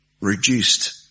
reduced